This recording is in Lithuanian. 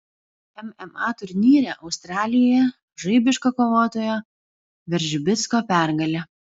mma turnyre australijoje žaibiška kovotojo veržbicko pergalė